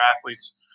athletes